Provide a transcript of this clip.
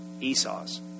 Esau's